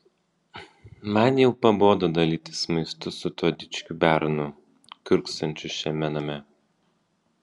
man jau pabodo dalytis maistu su tuo dičkiu bernu kiurksančiu šiame name